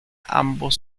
ambos